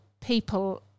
people